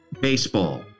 baseball